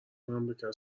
مملکت